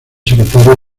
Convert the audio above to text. secretario